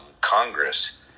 Congress